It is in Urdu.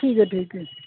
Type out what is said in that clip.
ٹھیک ہے ٹھیک ہے